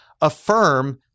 affirm